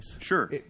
Sure